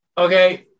Okay